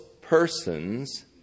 persons